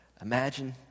imagine